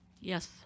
Yes